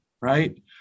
right